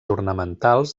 ornamentals